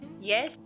yes